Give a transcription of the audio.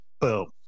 boom